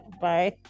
Bye